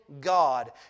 God